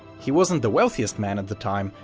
he wasn't the wealthiest man at the time,